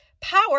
power